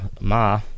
Ma